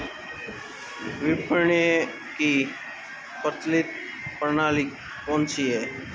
विपणन की प्रचलित प्रणाली कौनसी है?